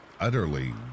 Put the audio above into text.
utterly